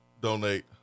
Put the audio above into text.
donate